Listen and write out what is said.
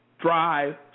drive